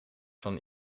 van